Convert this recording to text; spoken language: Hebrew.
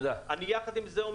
יחד עם זה,